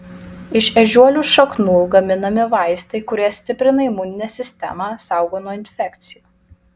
iš ežiuolių šaknų gaminami vaistai kurie stiprina imuninę sistemą saugo nuo infekcijų